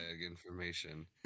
information